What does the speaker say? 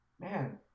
man